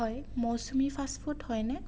হয় মৌচুমী ফাচফুড হয়নে